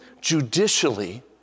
judicially